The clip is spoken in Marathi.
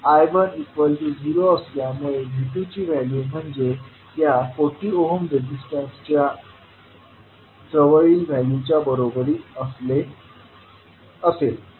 तर I1 0 असल्यामुळे V2ची व्हॅल्यू म्हणजे या 40 ओहम रेजिस्टन्सच्या जवळील व्हॅल्यूच्या बरोबरीत असेल